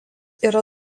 yra